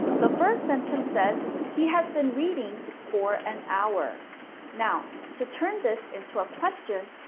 the first sentence says, he has been reading for an hour now, to turn this into a question,